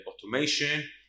automation